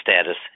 status